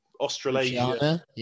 Australasia